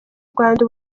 rwanda